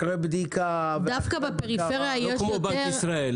אחרי בדיקה --- לא כמו בנק ישראל,